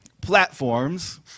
platforms